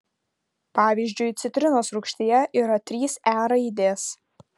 pavyzdžiui citrinos rūgštyje yra trys e raidės